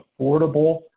affordable